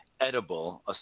edible